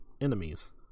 enemies